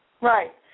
Right